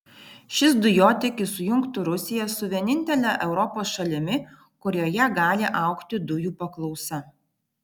šis dujotiekis sujungtų rusiją su vienintele europos šalimi kurioje gali augti dujų paklausa